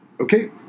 Okay